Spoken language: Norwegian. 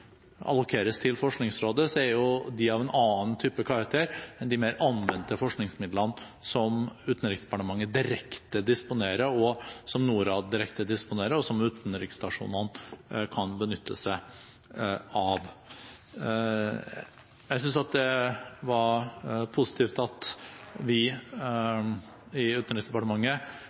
allokeres til Forskningsrådet, er de av en annen karakter enn de mer anvendte forskningsmidlene, som Utenriksdepartementet og NORAD direkte disponerer, og som utenriksstasjonene kan benytte seg av. Jeg synes det var positivt at vi i Utenriksdepartementet